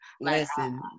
Listen